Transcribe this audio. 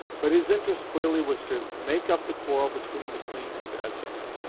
but his interest clearly was to make up the quarrel between the queen and essex.